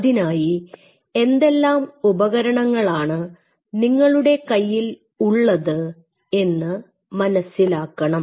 അതിനായി എന്തെല്ലാം ഉപകരണങ്ങളാണ് നിങ്ങളുടെ കയ്യിൽ ഉള്ളത് എന്ന് മനസ്സിലാക്കണം